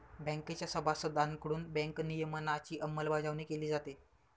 बँकेच्या सभासदांकडून बँक नियमनाची अंमलबजावणी केली जाते